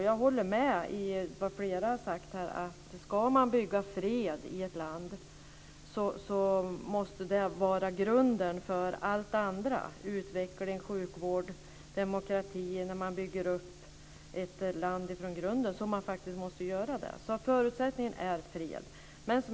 Jag håller med flera här som har sagt att om man ska bygga upp ett land från grunden måste freden vara grunden för allt det andra, utveckling, sjukvård och demokrati. Förutsättningen är fred.